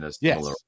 Yes